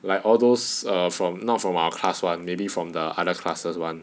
like all those err from not from our class [one] like many be from the other classes [one]